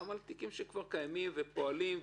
גם על תיקים שכבר קיימים ופועלים,